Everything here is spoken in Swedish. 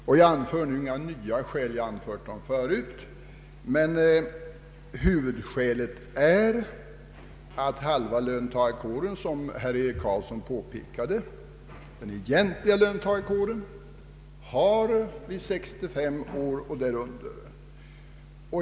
Jag anför inga nya skäl, men huvudskälet är att halva löntagarkåren, som herr Eric Carlsson påpekade, den egentliga löntagarkåren, redan nu får pension vid 65 år eller därunder.